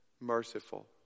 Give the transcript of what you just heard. merciful